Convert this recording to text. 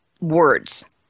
Words